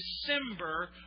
December